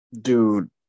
Dude